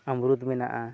ᱟᱢᱨᱩᱛ ᱢᱮᱱᱟᱜᱼᱟ